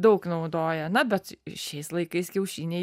daug naudoja na bet šiais laikais kiaušiniai